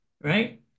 right